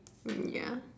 mm ya